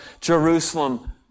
Jerusalem